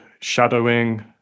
shadowing